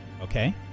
okay